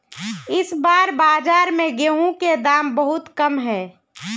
इस बार बाजार में गेंहू के दाम बहुत कम है?